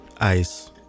ice